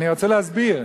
אני רוצה להסביר.